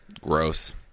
Gross